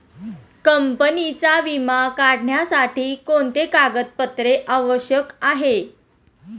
कंपनीचा विमा काढण्यासाठी कोणते कागदपत्रे आवश्यक आहे?